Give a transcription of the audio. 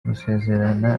gusezerana